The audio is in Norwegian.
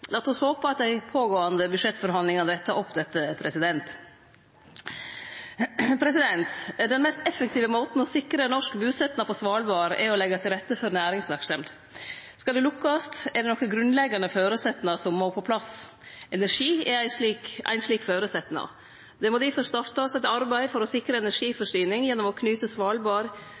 Lat oss håpe at dei pågåande budsjettforhandlingane tek opp dette. Den mest effektive måten å sikre norsk busetnad på Svalbard på er å leggje til rette for næringsverksemd. Skal ein lukkast, er det nokre grunnleggjande føresetnader som må på plass. Energi er ein slik føresetnad. Det må difor startast eit arbeid for å sikre energiforsyning gjennom å knyte Svalbard